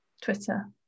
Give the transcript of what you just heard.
Twitter